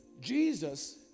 Jesus